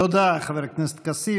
תודה, חבר הכנסת כסיף.